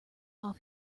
off